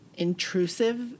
Intrusive